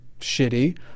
shitty